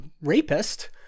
rapist